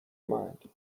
mind